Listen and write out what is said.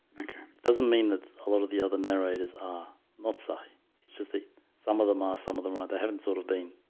okay it doesn't mean that a lot of the other narrators are not so it's just the some of them are some of them right? ah they haven't sort of been,